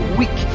weak